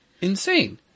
insane